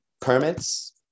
permits